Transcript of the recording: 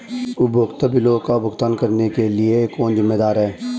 उपयोगिता बिलों का भुगतान करने के लिए कौन जिम्मेदार है?